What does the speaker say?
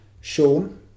Sean